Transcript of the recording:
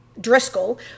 driscoll